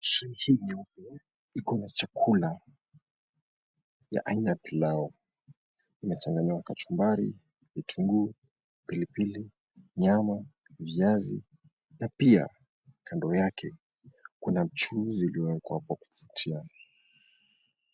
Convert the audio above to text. Hinyo iko na chakula aina ya pilau imechanganywa kachumbari, kitungu, pilipili, nyama, viazi na pia kando yake kuna mchuuzi uliowekwa wakivutio.